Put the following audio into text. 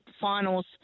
finals